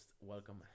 welcome